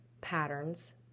patterns